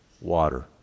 water